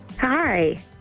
Hi